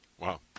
Wow